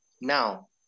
now